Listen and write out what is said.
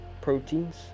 proteins